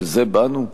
בשביל זה באנו?